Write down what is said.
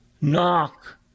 Knock